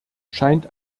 scheint